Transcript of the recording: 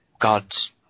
god's